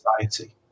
society